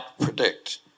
predict